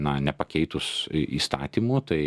na nepakeitus įstatymų tai